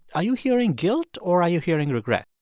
are you hearing guilt, or are you hearing regret?